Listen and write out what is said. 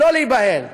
לא להיבהל.